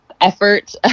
effort